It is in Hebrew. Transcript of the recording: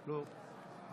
בעד רון כץ, נגד